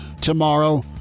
tomorrow